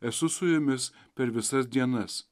esu su jumis per visas dienas